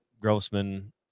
Grossman